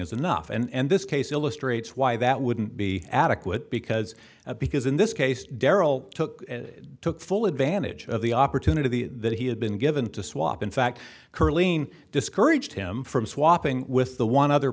is enough and this case illustrates why that wouldn't be adequate because because in this case daryl took took full advantage of the opportunity the that he had been given to swap in fact curling discourage him from swapping with the one other